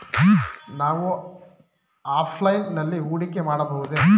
ನಾವು ಆಫ್ಲೈನ್ ನಲ್ಲಿ ಹೂಡಿಕೆ ಮಾಡಬಹುದೇ?